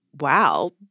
Wow